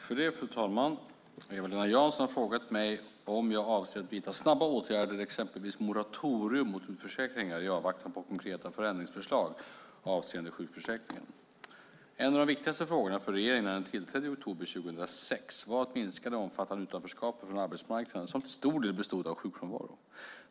Fru talman! Eva-Lena Jansson har frågat mig om jag avser att vidta snabba åtgärder, exempelvis moratorium mot utförsäkringar, i avvaktan på konkreta förändringsförslag avseende sjukförsäkringen. En av de viktigaste frågorna för regeringen när den tillträdde i oktober 2006 var att minska det omfattande utanförskapet från arbetsmarknaden, som till stor del bestod av sjukfrånvaro.